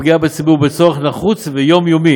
הפגיעה בציבור היא בצורך נחוץ ויומיומי.